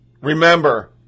Remember